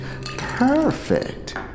Perfect